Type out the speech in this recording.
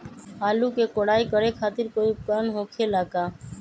आलू के कोराई करे खातिर कोई उपकरण हो खेला का?